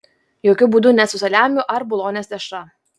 jokiu būdu ne su saliamiu ar bolonės dešra